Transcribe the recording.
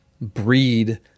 breed